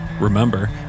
Remember